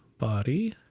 body,